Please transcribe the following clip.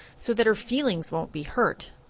so that her feelings won't be hurt.